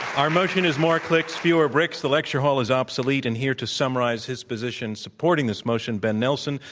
our motion is more clicks, fewer bricks the lecture hall is obsolete. and here to summarize his position supporting this motion, ben nelson,